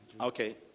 Okay